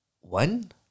one